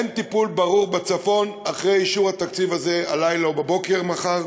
אין טיפול ברור בצפון אחרי אישור התקציב הזה הלילה או מחר בבוקר.